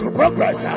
progress